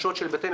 לא, אין דבר כזה.